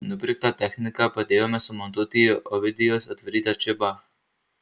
nupirktą techniką padėjome sumontuoti į ovidijaus atvarytą džipą